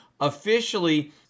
officially